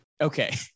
Okay